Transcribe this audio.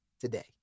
today